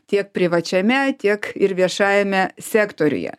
tiek privačiame tiek ir viešajame sektoriuje